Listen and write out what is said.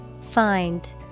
Find